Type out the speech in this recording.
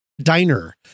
Diner